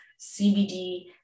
CBD